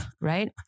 right